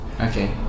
Okay